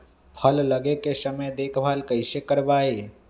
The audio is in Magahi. फल लगे के समय देखभाल कैसे करवाई?